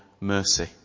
mercy